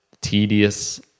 tedious